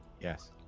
Yes